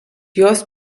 jos